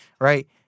right